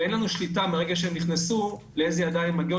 ואין לנו שליטה מרגע שהם נכנסו לאיזה ידיים הם מגיעים,